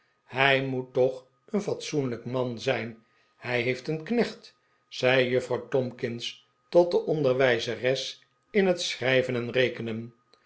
hij moet toch een fatsoenlijk man zijn hij heeft een knecht zei juffrouw tomkins tot de onderwijzeres in het schrijven en rekenen